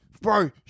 Bro